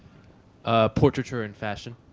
ah portraiture and fashion.